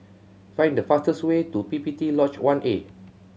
find the fastest way to P P T Lodge One A